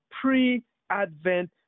pre-Advent